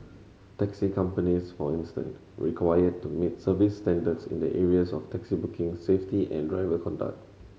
taxi companies for instance required to meet service standards in the areas of taxi booking safety and driver conduct